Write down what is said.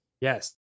yes